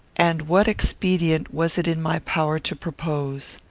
and what expedient was it in my power to propose?